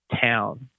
town